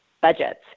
budgets